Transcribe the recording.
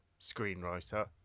screenwriter